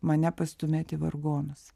mane pastūmėt į vargonus